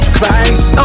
Christ